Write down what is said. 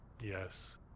Yes